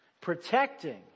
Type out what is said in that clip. protecting